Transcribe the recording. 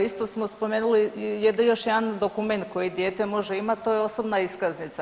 Isto smo spomenuli, je dio još jedan dokument koji dijete može imati, to je osobna iskaznica.